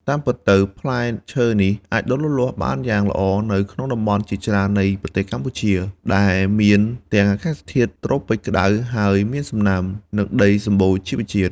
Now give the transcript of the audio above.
តាមពិតទៅ ផ្លែឈើនេះអាចដុះលូតលាស់បានយ៉ាងល្អនៅក្នុងតំបន់ជាច្រើននៃប្រទេសកម្ពុជា ដែលមានទាំងអាកាសធាតុត្រូពិចក្តៅហើយមានសំណើម និងដីសម្បូរជីជាតិ។